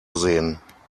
sehen